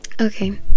okay